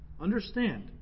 Understand